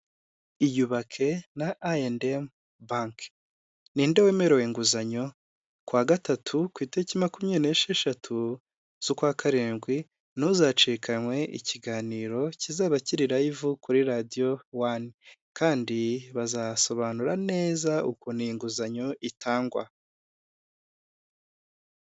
Iyubake na I&M banki. Ni nde wemerewe inguzanyo? Ku wa gatatu ku itariki makumyabiri n'esheshatu z'ukwa karindwi, ntuzacikanwe ikiganiro kizaba kiri rayivu kuri Radiyo Wani kandi bazasobanura neza ukuntu iyi nguzanyo itangwa.